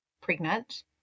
pregnant